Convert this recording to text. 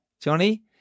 Johnny